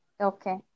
okay